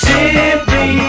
Simply